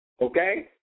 okay